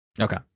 Okay